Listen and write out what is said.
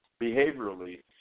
behaviorally